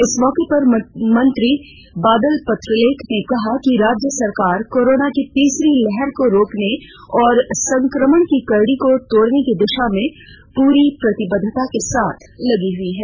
इस मौके पर मंत्री बादल पत्रलेख ने कहा कि राज्य सरकार कोरोना की तीसरी लहर को रोकने और संक्रमण की कड़ी को तोड़ने की दिशा में पूरी प्रतिबद्धता के साथ लगी हुई है